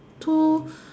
two